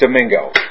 Domingo